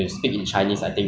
好 singaporean accent ah